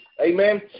Amen